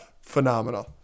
phenomenal